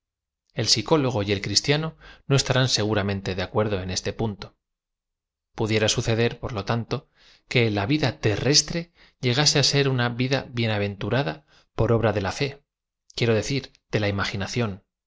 psicó logo y el cristiano no estaráu aeguramente de acuer do en este punto pudiera suceder por lo tanto que la vida terrestre llegase á ser una vida bienaventura da por obra de la fe quiero decir de la imaginación